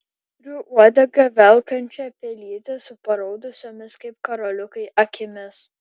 turiu uodegą velkančią pelytę su paraudusiomis kaip karoliukai akimis